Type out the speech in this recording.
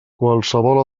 qualsevol